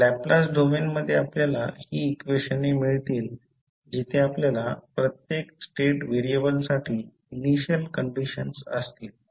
तर लॅपलास डोमेनमध्ये आपल्याला ही इक्वेशने मिळतील जिथे आपल्याला प्रत्येक स्टेट व्हेरिएबलसाठी इनिशियल कंडिशन्स असतील